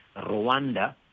Rwanda